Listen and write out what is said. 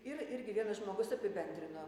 ir irgi vienas žmogus apibendrino